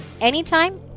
anytime